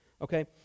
Okay